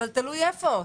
תלוי איפה.